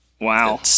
Wow